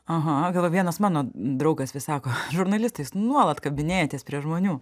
aha gal vienas mano draugas vis sako žurnalistai jūs nuolat kabinėjatės prie žmonių